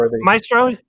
Maestro